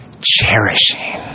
cherishing